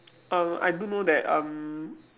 um I do know that um